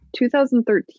2013